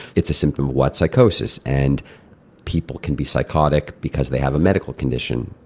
it's a symptom of what? psychosis. and people can be psychotic because they have a medical condition,